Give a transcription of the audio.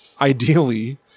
ideally